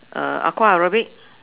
uh Aqua aerobic